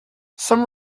some